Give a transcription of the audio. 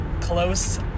Close